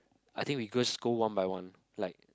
I think we just go one by one like